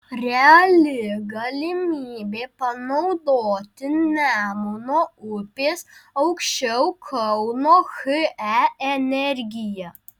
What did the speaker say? reali galimybė panaudoti nemuno upės aukščiau kauno he energiją